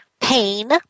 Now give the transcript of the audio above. pain